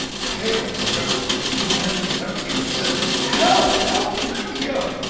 pale as a ghost, he turned to pinocchio and said help, help, pinocchio!